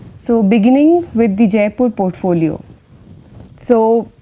so, beginning with the jeypore portfolio so,